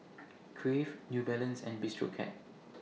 Crave New Balance and Bistro Cat